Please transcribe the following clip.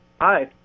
Hi